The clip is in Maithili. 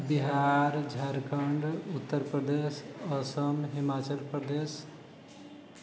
बिहार झारखण्ड उत्तरप्रदेश असम हिमाचलप्रदेश